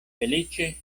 feliĉe